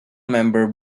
member